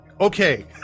okay